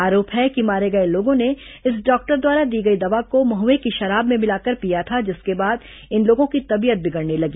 आरोप है कि मारे गए लोगों ने इस डॉक्टर द्वारा दी गई दवा को महुए की शराब में पिलाकर पीया था जिसके बाद इन लोगों की तबीयत बिगड़ने लगी